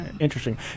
Interesting